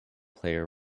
player